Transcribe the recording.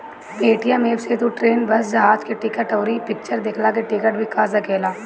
Paytm app से तू train, bus, जहाज के टिकट, अउरी फिक्चर देखला के टिकट भी कअ सकेला